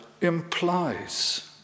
implies